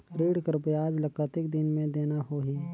ऋण कर ब्याज ला कतेक दिन मे देना होही?